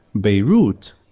Beirut